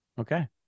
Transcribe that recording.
Okay